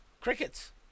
crickets